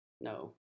No